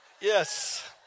Yes